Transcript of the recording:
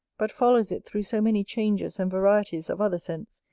but follows it through so many changes and varieties of other scents,